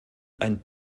ein